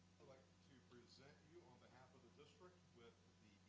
like to present you on behalf of the district with the